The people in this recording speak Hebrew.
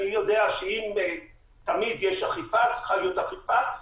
אני יודע שתמיד יש אכיפה וצריכה להיות אכיפה,